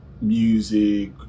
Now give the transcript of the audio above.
music